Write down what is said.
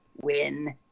win